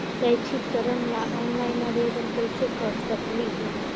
शैक्षिक ऋण ला ऑनलाइन आवेदन कैसे कर सकली हे?